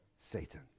Satan